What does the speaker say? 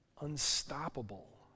unstoppable